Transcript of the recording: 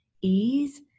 ease